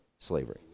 Slavery